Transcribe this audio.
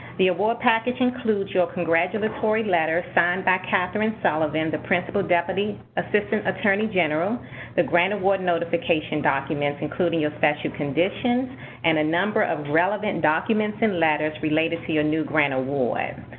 the award package includes your congratulatory letter signed by katharine sullivan, the principal deputy assistant attorney general the grant award notification documents, including your special conditions and a number of relevant documents and letters related to your new grant award.